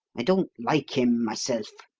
i don't like him myself